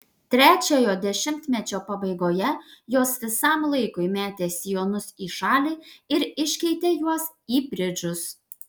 trečiojo dešimtmečio pabaigoje jos visam laikui metė sijonus į šalį ir iškeitė juos į bridžus